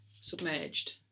submerged